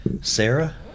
Sarah